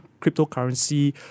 cryptocurrency